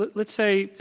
but let's say,